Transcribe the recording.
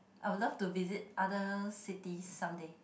I would love to visit other cities some day